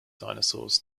dinosaurs